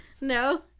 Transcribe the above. No